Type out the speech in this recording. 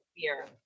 fear